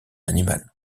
animal